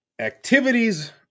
activities